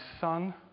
son